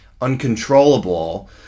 uncontrollable